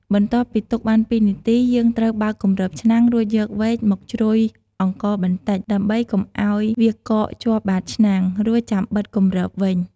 បន្ទាប់ពីទុកបាន២នាទី យើងត្រូវបើកគម្របឆ្នាំង រួចយកវែកមកជ្រោយអង្ករបន្តិច ដើម្បីកុំឱ្យវាកកជាប់បាតឆ្នាំង រួចចាំបិទគម្របវិញ។